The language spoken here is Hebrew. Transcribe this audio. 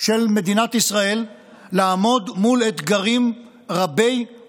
של מדינת ישראל לעמוד מול אתגרים רבי-עוצמה.